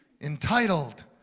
entitled